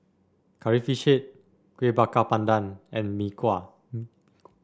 Curry Fish Head Kueh Bakar Pandan and Mee Kuah